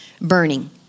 burning